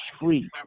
free